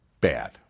Bad